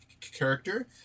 character